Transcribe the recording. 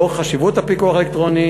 לאור החשיבות של הפיקוח האלקטרוני,